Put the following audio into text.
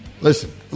Listen